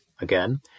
again